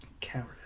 Coward